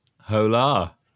Hola